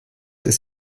ist